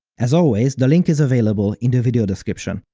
as always, the link is available in the video description.